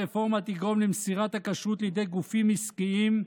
הרפורמה תגרום למסירת הכשרות לידי גופים עסקיים,